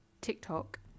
TikTok